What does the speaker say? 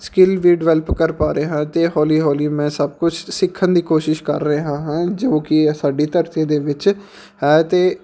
skill ਵੀ develop ਕਰ ਪਾ ਰਿਹਾ ਅਤੇ ਹੌਲੀ ਹੌਲੀ ਮੈਂ ਸਭ ਕੁਛ ਸਿੱਖਣ ਦੀ ਕੋਸ਼ਿਸ਼ ਕਰ ਰਿਹਾ ਹਾਂ ਜੋ ਕਿ ਸਾਡੀ ਧਰਤੀ ਦੇ ਵਿੱਚ ਹੈ ਅਤੇ